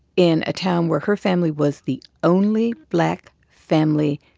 in a town where her family was the only black family.